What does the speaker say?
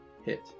hit